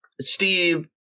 Steve